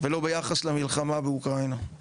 ולא ביחס למלחמה באוקראינה.